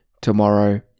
tomorrow